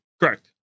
Correct